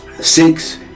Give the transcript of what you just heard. Six